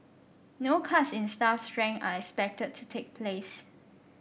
no cuts in staff strength are expected to take place